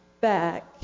back